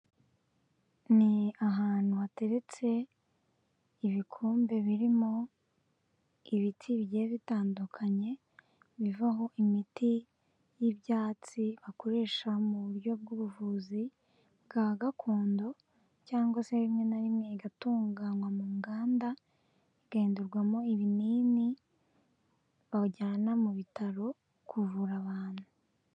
Ni ahantu hateretse ibikombe birimo ibiti bigiye bitandukanye, bivaho imiti y'ibyatsi bakoresha mu buryo bw'ubuvuzi bwa gakondo cyangwa se rimwe na rimwe igatunganywa mu nganda igahindurwamo ibinini bajyana mu bitaro kuvura abantu.